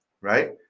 right